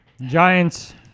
Giants